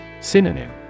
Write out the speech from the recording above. Synonym